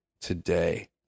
today